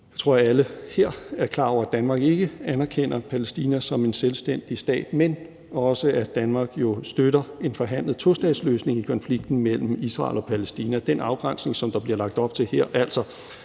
jeg tror, alle her er klar over, at Danmark ikke anerkender Palæstina som en selvstændig stat, men også at Danmark jo støtter en forhandlet tostatsløsning i konflikten mellem Israel og Palæstina. Den afgrænsning, der bliver lagt op til her, altså